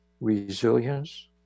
resilience